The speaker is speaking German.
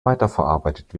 weiterverarbeitet